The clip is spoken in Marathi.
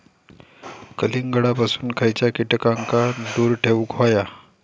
कलिंगडापासून खयच्या कीटकांका दूर ठेवूक व्हया?